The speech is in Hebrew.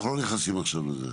אנחנו לא נכנסים עכשיו לזה,